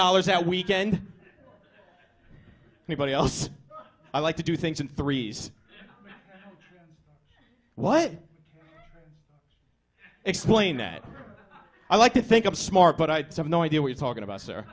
dollars that weekend anybody else i like to do things in threes what explain that i like to think of smart but i have no idea what you're talking about